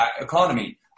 economy